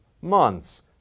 months